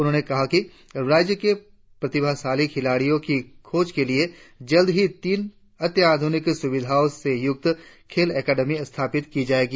उन्होंने कहा कि राज्य के प्रतिभाशाली खिलाड़ियों की खोज के लिए जल्द ही तीन अत्याधूनिक सुविधाओं से युक्त खेल अकादमी स्थापित की जाएगी